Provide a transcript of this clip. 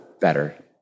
better